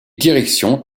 directions